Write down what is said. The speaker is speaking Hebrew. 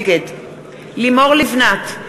נגד לימור לבנת,